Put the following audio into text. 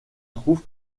trouve